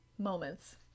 Moments